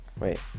Wait